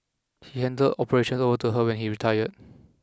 he handed operations over to her when he retired